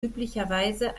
üblicherweise